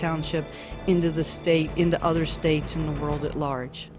township in the the state in the other states in the world at large